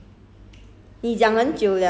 what should we talk about